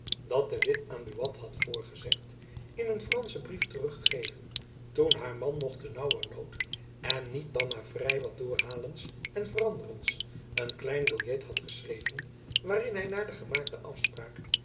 dat de witt aan buat had voorgezegd in een franschen brief terug gegeven toen haar man nog te naauwer nood en niet dan na vrij wat doorhalens en veranderens een klein biljet had geschreven waarin hy naar de gemaakte afspraak